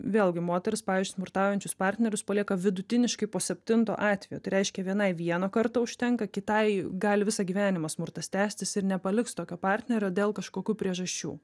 vėlgi moterys pavyzdžiui smurtaujančius partnerius palieka vidutiniškai po septinto atvejo tai reiškia vienai vieno karto užtenka kitai gali visą gyvenimą smurtas tęstis ir nepaliks tokio partnerio dėl kažkokių priežasčių